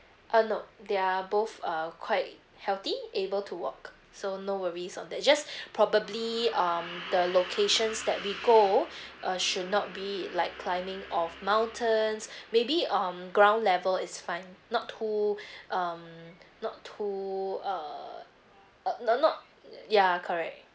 uh no they're both err quite healthy able to walk so no worries on that just probably um the locations that we go uh should not be like climbing of mountains maybe um ground level is fine not too um not too err uh not not ya correct